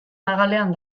magalean